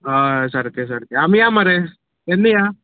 हय सारकें सारकें आमी या मरे केन्ना या